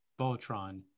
Voltron